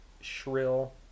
shrill